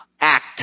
act